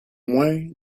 moins